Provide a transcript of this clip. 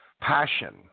passion